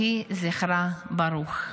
יהי זכרה ברוך.